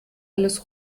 alles